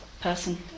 person